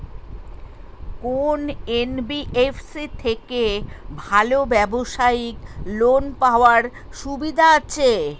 কোন এন.বি.এফ.সি থেকে ভালো ব্যবসায়িক লোন পাওয়ার সুবিধা আছে?